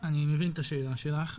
אני מבין את השאלה שלך,